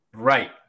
Right